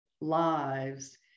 lives